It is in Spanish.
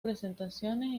prestaciones